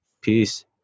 peace